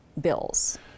bills